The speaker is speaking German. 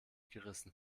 gerissen